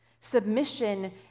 Submission